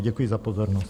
Děkuji za pozornost.